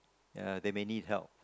ya they may need help